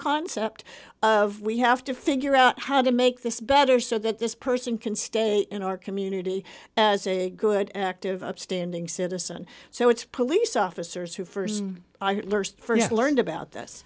concept of we have to figure out how to make this better so that this person can stay in our community as a good active upstanding citizen so it's police officers who st learned about this